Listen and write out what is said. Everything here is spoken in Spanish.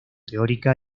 teórica